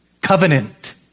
covenant